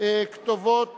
כתובת